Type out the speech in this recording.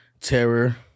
terror